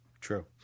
True